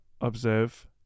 observe